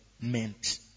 meant